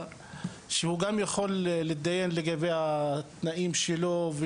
מה שמאפשר להם יותר להתדיין לגבי תנאי ההעסקה שלהם.